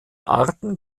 arten